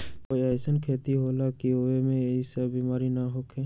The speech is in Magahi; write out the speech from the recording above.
कोई अईसन खेती होला की वो में ई सब बीमारी न होखे?